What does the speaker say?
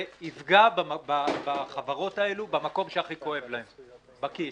זה יפגע בחברות האלה במקום שהכי כואב להן בכיס.